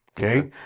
Okay